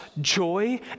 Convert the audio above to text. joy